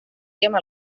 veuríem